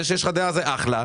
זה שיש לך דעה זה אחלה,